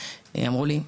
אמרו לי,